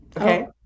Okay